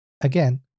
Again